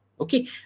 Okay